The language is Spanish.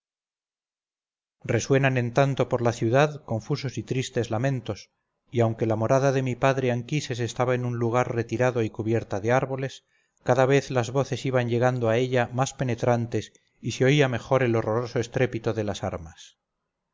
resuenan en tanto por la ciudad confusos y tristes lamentos y aunque la morada de mi padre anquises estaba en lugar retirado y cubierta de árboles cada vez las voces iban llegando a ella más penetrantes y se oía mejor el horroroso estrépito de las armas